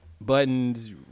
Buttons